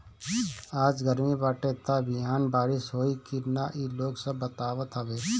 आज गरमी बाटे त बिहान बारिश होई की ना इ लोग सब बतावत हवे